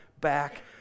back